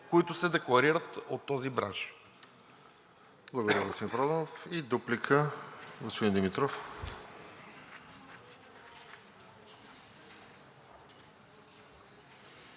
които се декларират от този бранш.